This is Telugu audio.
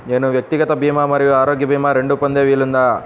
నేను వ్యక్తిగత భీమా మరియు ఆరోగ్య భీమా రెండు పొందే వీలుందా?